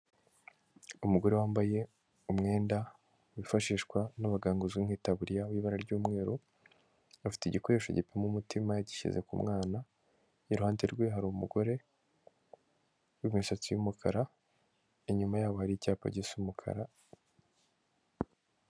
Umugore wambaye umwenda wifashishwa n'abaganga uzwi nk'itaburiya w'ibara ry'umweru, afite igikoresho gipima umutima yagishyize ku mwana, iruhande rwe hari umugore w'imisatsi y'umukara, inyuma yabo hari icyapa gisa umukara.